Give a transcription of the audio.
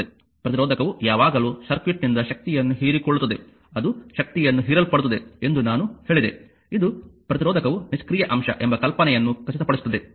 ಪ್ರತಿರೋಧಕವು ಯಾವಾಗಲೂ ಸರ್ಕ್ಯೂಟ್ನಿಂದ ಶಕ್ತಿಯನ್ನು ಹೀರಿಕೊಳ್ಳುತ್ತದೆ ಅದು ಶಕ್ತಿಯನ್ನು ಹೀರಲ್ಪಡುತ್ತದೆ ಎಂದು ನಾನು ಹೇಳಿದೆ ಇದು ಪ್ರತಿರೋಧಕವು ನಿಷ್ಕ್ರಿಯ ಅಂಶ ಎಂಬ ಕಲ್ಪನೆಯನ್ನು ಖಚಿತಪಡಿಸುತ್ತದೆ